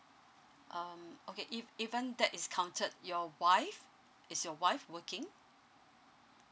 um okay ev~ even that is counted your wife is your wife working